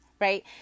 right